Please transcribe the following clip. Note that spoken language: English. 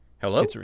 Hello